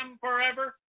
forever